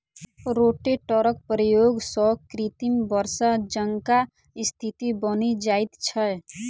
रोटेटरक प्रयोग सॅ कृत्रिम वर्षा जकाँ स्थिति बनि जाइत छै